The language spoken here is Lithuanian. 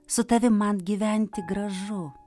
su tavim man gyventi gražu